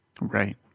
Right